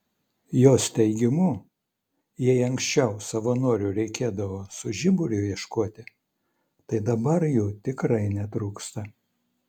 jos teigimu jei anksčiau savanorių reikėdavo su žiburiu ieškoti tai dabar jų tikrai netrūksta